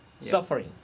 Suffering